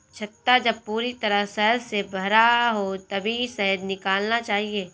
छत्ता जब पूरी तरह शहद से भरा हो तभी शहद निकालना चाहिए